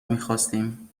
میخواستیم